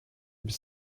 bis